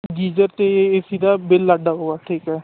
geyser ਅਤੇ A C ਦਾ bill ਅੱਡ ਉਹ ਆ ਠੀਕ ਆ